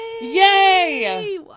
Yay